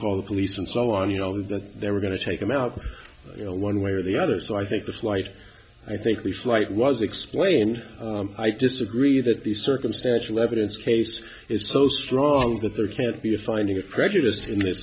call the police and so on you know that they were going to take him out you know one way or the other so i think the flight i think the flight was explained i disagree that the circumstantial evidence case is so strong that there can't be a finding of prejudice in this